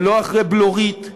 ולא אחרי בלורית,